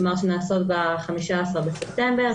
כלומר שנעשות ב-15 בספטמבר,